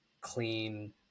clean